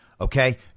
Okay